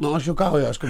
nu aš juokauju aišku